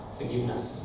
forgiveness